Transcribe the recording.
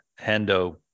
Hendo